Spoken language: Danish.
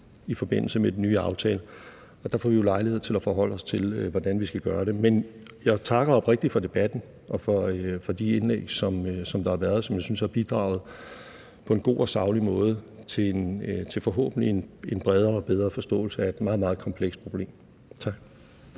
i forbindelse med den nye aftale, og der får vi jo lejlighed til at forholde os til, hvordan vi skal gøre det. Men jeg takker oprigtigt for debatten og for de indlæg, der har været, som jeg synes har bidraget på en god og saglig måde til forhåbentlig en bredere og bedre forståelse af et meget, meget komplekst problem. Tak.